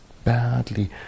Badly